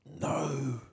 No